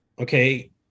okay